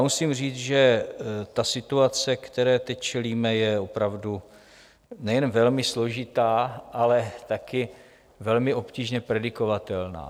Musím říct, že situace, které teď čelíme, je opravdu nejen velmi složitá, ale taky velmi obtížně predikovatelná.